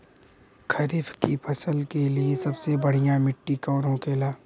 खरीफ की फसल के लिए सबसे बढ़ियां मिट्टी कवन होखेला?